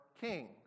king